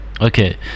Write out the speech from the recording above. Okay